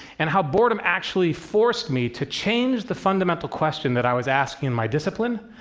and how boredom actually forced me to change the fundamental question that i was asking in my discipline,